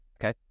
okay